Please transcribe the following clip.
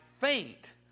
faint